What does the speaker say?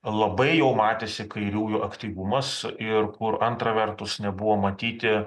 labai jau matėsi kairiųjų aktyvumas ir kur antra vertus nebuvo matyti